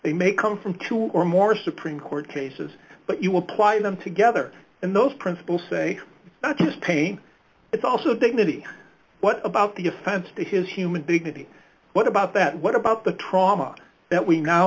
they may come from two or more supreme court cases but you will apply them together in those principles say pain but also dignity what about the offense to his human dignity what about that what about the trauma that we now